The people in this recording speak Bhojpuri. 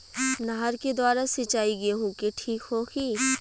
नहर के द्वारा सिंचाई गेहूँ के ठीक होखि?